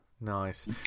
Nice